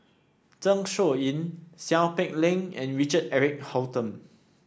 Zeng Shouyin Seow Peck Leng and Richard Eric Holttum